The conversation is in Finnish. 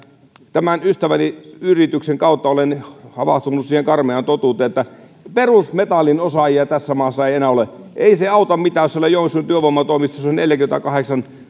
tämän ystäväni yrityksen kautta olen havahtunut siihen karmeaan totuuteen että perusmetallinosaajia tässä maassa ei enää ole ei se auta mitään jos siellä joensuun työvoimatoimistossa on neljäkymmentäkahdeksan